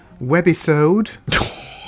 Webisode